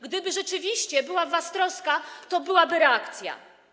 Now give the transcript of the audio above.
Gdyby rzeczywiście była w was troska, to byłaby reakcja.